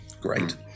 Great